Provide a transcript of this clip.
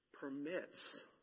permits